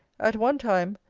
at one time,